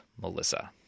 Melissa